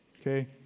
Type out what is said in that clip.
Okay